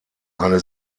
eine